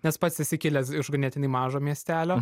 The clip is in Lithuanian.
nes pats esi kilęs iš ganėtinai mažo miestelio